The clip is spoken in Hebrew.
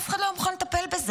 אף אחד לא היה מוכן לטפל בזה.